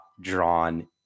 drawn